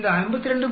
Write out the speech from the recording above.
இந்த 52